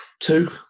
Two